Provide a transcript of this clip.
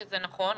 שזה נכון,